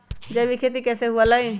जैविक खेती कैसे हुआ लाई?